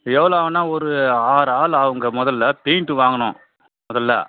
எவ்வளோ ஆகும்ன்னா ஒரு ஆறு ஆள் ஆகுங்க மு பெயிண்ட்டு வாங்கணும் முதல்ல